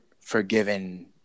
forgiven